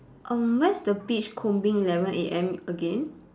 um where's the beach combing eleven A_M again